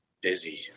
busy